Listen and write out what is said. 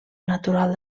natural